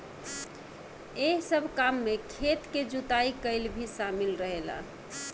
एह सब काम में खेत के जुताई कईल भी शामिल रहेला